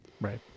Right